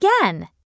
again